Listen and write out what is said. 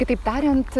kitaip tariant